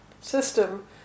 system